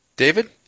David